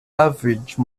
average